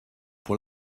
pour